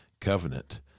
covenant